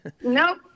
Nope